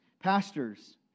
pastors